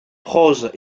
prose